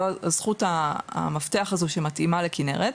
זו זכות המפתח שמתאימה לכנרת.